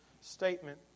statement